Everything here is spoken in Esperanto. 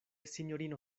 sinjorino